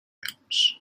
films